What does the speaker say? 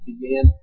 began